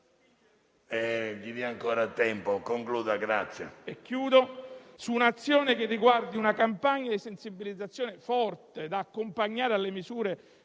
necessaria un'azione che riguardi una campagna di sensibilizzazione forte, da accompagnare alle misure